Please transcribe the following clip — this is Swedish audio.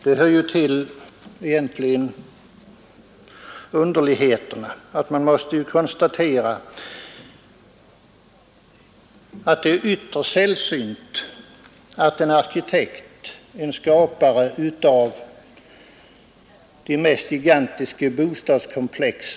Det hör till de underligheter som man ibland måste konstatera att det är ytterst sällsynt att en arkitekt själv bor i något av de områden där han skapar de mest gigantiska bostadskomplex.